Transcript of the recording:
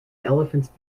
elephants